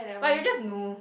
but you just know